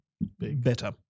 better